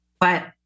But-